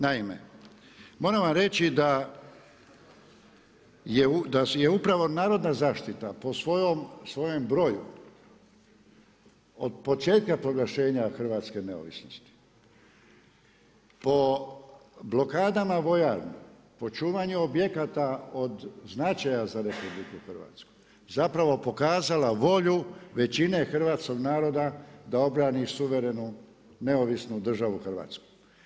Naime, moram vam reći da je upravo Narodna zaštita po svojem broju od početka proglašenja hrvatske neovisnosti, po blokadama vojarni, po čuvanju objekata od značaja za RH zapravo pokazala volju većine hrvatskog naroda da obrani suverenu neovisnu državu Hrvatsku.